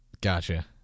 Gotcha